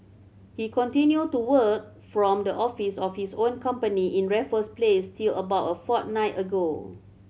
he continued to work from the office of his own company in Raffles Place till about a fortnight ago